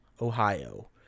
Ohio